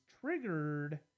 triggered